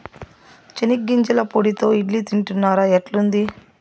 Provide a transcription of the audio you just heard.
చెనిగ్గింజల పొడితో ఇడ్లీ తింటున్నారా, ఎట్లుంది